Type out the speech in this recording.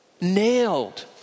nailed